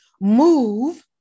move